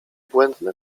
błędne